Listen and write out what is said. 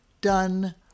done